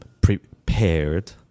prepared